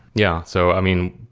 yeah. so i mean,